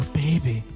baby